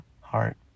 heart